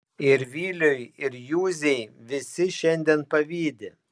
ir viliui ir juzei visi šiandien pavydi